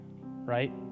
right